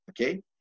okay